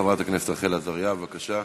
חברת הכנסת רחל עזריה, בבקשה.